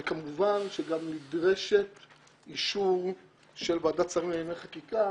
וכמובן שגם נדרש אישור של ועדת שרים לענייני חקיקה